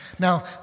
Now